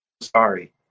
sorry